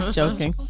joking